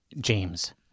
James